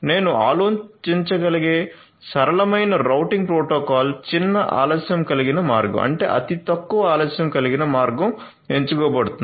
నేను ఆలోచించగలిగే సరళమైన రౌటింగ్ ప్రోటోకాల్ చిన్న ఆలస్యం కలిగిన మార్గం అంటే అతి తక్కువ ఆలస్యం కలిగిన మార్గం ఎంచుకోబడుతుంది